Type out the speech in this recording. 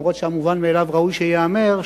אף-על-פי שהמובן מאליו ראוי שייאמר,